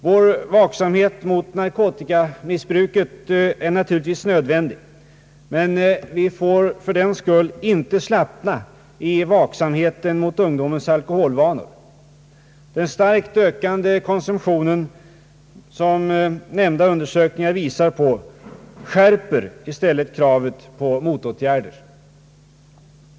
Vår vaksamhet mot narkotikamissbruket är naturligtvis nödvändig, men vi får för den skull inte slappna i vaksamheten mot ungdomens alkoholvanor. Den starkt ökande konsumtion som nämnda undersökningar visar skärper i stället kravet på motåtgärder.